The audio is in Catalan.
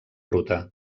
ruta